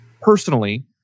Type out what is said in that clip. Personally